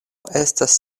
estas